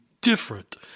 different